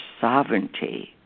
sovereignty